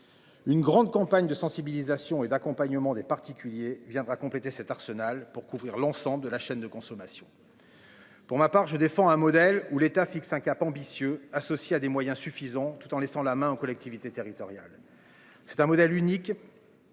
Une grande campagne de sensibilisation et d'accompagnement des particuliers viendra compléter cet arsenal pour couvrir l'ensemble de la chaîne de consommation. Pour ma part je défends un modèle ou l'État fixe un cap ambitieux associée à des moyens suffisants tout en laissant la main aux collectivités territoriales. C'est un modèle unique.